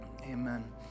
Amen